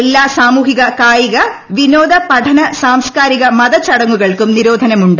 എല്ലാ സാമൂഹികകായിക വിനോദ പഠന സാംസ്കാരിക മത ചടങ്ങുകൾക്കും നിരോധനമുണ്ട്